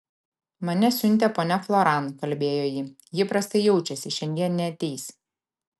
mane siuntė ponia floran kalbėjo ji ji prastai jaučiasi šiandien neateis